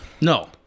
No